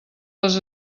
les